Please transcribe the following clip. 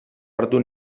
hartu